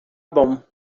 bom